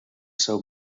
seu